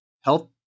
health